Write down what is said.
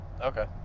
Okay